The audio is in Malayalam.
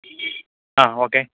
ആ ഓക്കെ